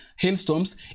Hailstorms